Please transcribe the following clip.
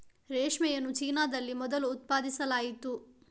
ರೇಷ್ಮೆಯನ್ನು ಚೀನಾದಲ್ಲಿ ಮೊದಲು ಉತ್ಪಾದಿಸಲಾಯಿತು